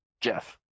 Jeff